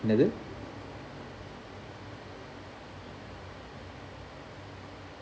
என்னது:ennathu